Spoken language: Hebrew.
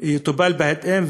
יטופל בהתאם.